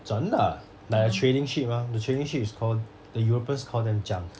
真的 like a trading ship mah the trading ship is called the europeans call them junk